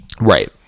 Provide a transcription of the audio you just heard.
Right